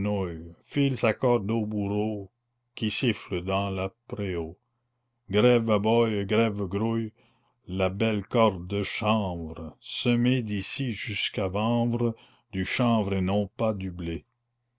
au bourreau qui siffle dans le préau grève aboye grève grouille la belle corde de chanvre semez d'issy jusqu'à vanvre du chanvre et non pas du blé